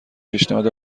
پیشنهاد